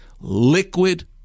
liquid